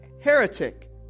heretic